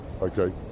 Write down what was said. okay